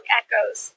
echoes